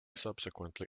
subsequently